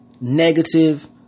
Negative